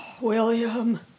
William